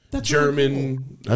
German